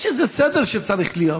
יש איזה סדר שצריך להיות.